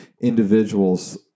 individuals